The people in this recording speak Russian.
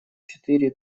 четыре